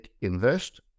invest